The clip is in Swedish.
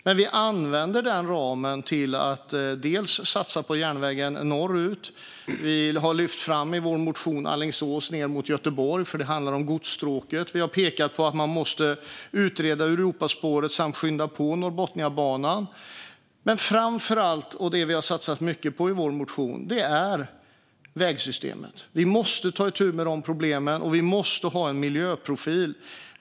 Men vi använder den ramen till att satsa på järnvägen norrut, och vi har i vår motion lyft fram järnvägen från Alingsås och ned mot Göteborg, för det handlar om godsstråket. Vi har pekat på att man måste utreda Europaspåret och skynda på Norrbotniabanan. Men framför allt, och det har vi satsat mycket på i vår motion, måste vi ta itu med problemen med vägsystemet, och vi måste ha en miljöprofil.